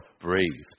breathed